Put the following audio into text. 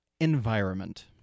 environment